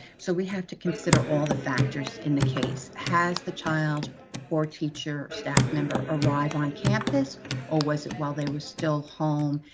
so we have to consider all the factors in the case, has the child or or teacher or staff member arrived on campus or was it while they were still home,